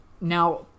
Now